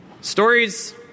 Stories